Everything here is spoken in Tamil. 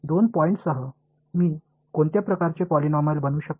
இரண்டு புள்ளிகளுடன் நான் எந்த வகையான பாலினாமியலை பொருத்த முடியும்